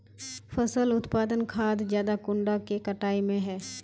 फसल उत्पादन खाद ज्यादा कुंडा के कटाई में है?